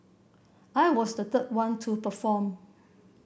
I was the third one to perform